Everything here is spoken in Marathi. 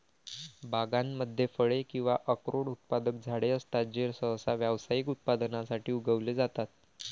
बागांमध्ये फळे किंवा अक्रोड उत्पादक झाडे असतात जे सहसा व्यावसायिक उत्पादनासाठी उगवले जातात